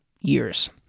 years